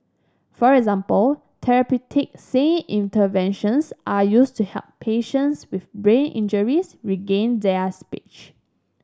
for example therapeutic singing interventions are used to help patients with brain injuries regain their speech